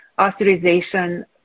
authorization